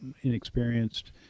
inexperienced